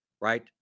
right